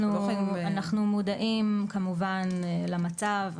אנחנו מודעים כמובן למצב,